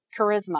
charisma